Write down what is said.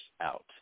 out